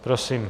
Prosím.